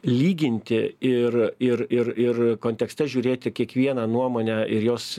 lyginti ir ir ir ir kontekste žiūrėti kiekvieną nuomonę ir jos